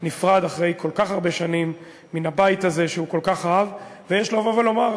נפרד אחרי כל כך הרבה שנים מן הבית הזה שהוא כל כך אהב ויש לבוא ולומר: